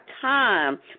time